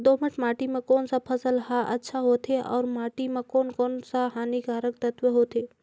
दोमट माटी मां कोन सा फसल ह अच्छा होथे अउर माटी म कोन कोन स हानिकारक तत्व होथे?